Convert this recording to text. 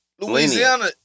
Louisiana